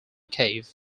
cave